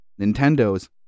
Nintendo's